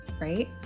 right